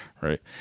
right